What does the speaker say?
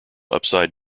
upside